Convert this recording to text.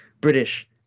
British